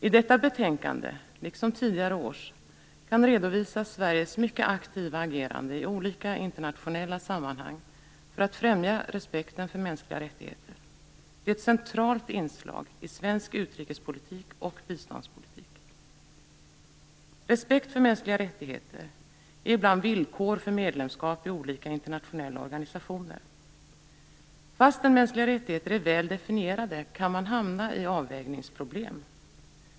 I detta betänkande, liksom i tidigare års, kan vi redovisa Sveriges mycket aktiva agerande i olika internationella sammanhang för att främja respekten för mänskliga rättigheter. Det är ett centralt inslag i svensk utrikespolitik och biståndspolitik. Respekt för mänskliga rättigheter är ibland villkor för medlemskap i olika internationella organisationer. Fastän mänskliga rättigheter är väl definierade kan man hamna i avvägningsproblem.